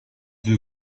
deux